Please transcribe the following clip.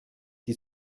die